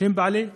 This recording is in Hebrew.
שהם בעלי האדמה,